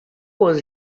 was